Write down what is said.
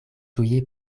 tuje